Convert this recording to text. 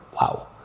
wow